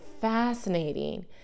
fascinating